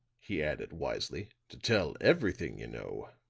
he added wisely, to tell everything you know.